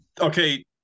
Okay